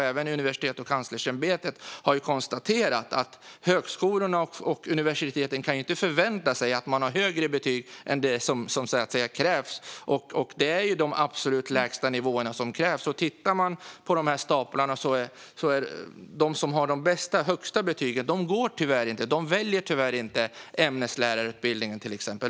Även Universitetskanslersämbetet har konstaterat att högskolorna och universiteten inte kan förvänta sig att de sökande har högre betyg än vad som krävs, och det är ju de absolut lägsta nivåerna som krävs. Tittar man på staplarna ser man att de med högst betyg tyvärr inte väljer till exempel ämneslärarutbildningen.